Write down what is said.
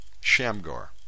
Shamgar